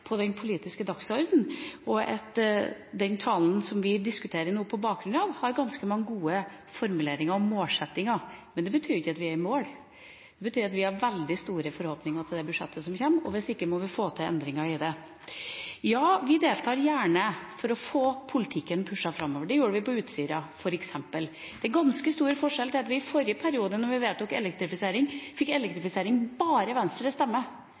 på den politiske dagsordenen, og at den talen som vi nå diskuterer på bakgrunn av, har ganske mange gode formuleringer om målsettinger. Men det betyr ikke at vi er i mål. Det betyr at vi har veldig store forhåpninger til det budsjettet som kommer, eventuelt må vi få til endringer i det. Ja, vi deltar gjerne for å pushe politikken framover. Det gjorde vi på Utsira, f.eks. Det er ganske stor forskjell fra forrige periode, da vi skulle vedta elektrifisering, og elektrifisering bare fikk Venstres stemmer. Det var bare